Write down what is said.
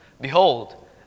Behold